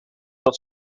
dat